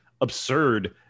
absurd